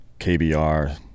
KBR